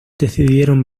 decidieron